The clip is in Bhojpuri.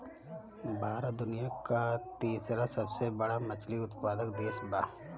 भारत दुनिया का तीसरा सबसे बड़ा मछली उत्पादक देश बा